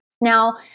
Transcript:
Now